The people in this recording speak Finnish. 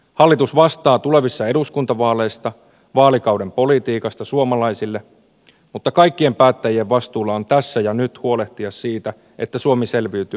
hallitus vastaa tulevissa eduskuntavaaleista vaalikauden politiikasta suomalaisille mutta kaikkien päättäjien vastuulla on tässä jo nyt huolehtia siitä että suomi selviytyy